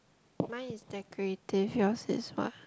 mine is decorative yours is what